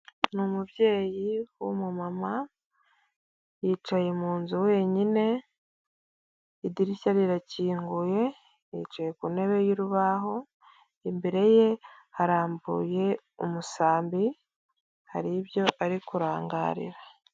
N'umubyeyi w'umu mama yicaye mu nzu wenyine, idirishya rirakinguye yicaye ku ntebe y'urubaho, imbere ye harambuye umusambi hari ibyo ari kurangarira.